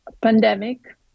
pandemic